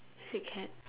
is it cat